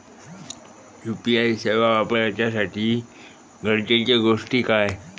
UPI सेवा वापराच्यासाठी गरजेचे गोष्टी काय?